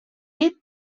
tit